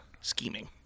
scheming